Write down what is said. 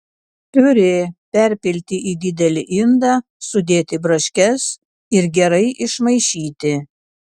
piurė perpilti į didelį indą sudėti braškes ir gerai išmaišyti